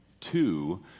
two